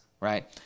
right